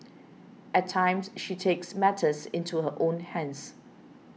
at times she takes matters into her own hands